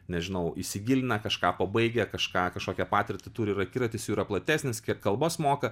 nežinau įsigilina kažką pabaigę kažką kažkokią patirtį turi ir akiratis jų yra platesnis kiek kalbas moka